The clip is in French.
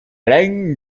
alain